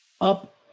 Up